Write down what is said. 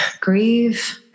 grieve